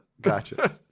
Gotcha